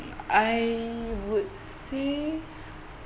I would say